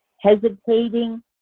hesitating